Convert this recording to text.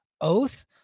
Oath